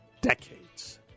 decades